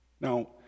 Now